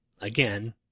Again